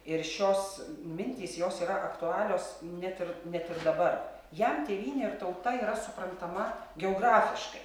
ir šios mintys jos yra aktualios net ir net ir dabar jam tėvynė ir tauta yra suprantama geografiškai